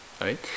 right